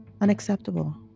unacceptable